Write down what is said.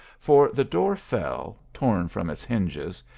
for the door fell, torn from its hinges,